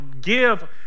give